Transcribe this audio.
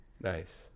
Nice